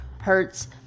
Hertz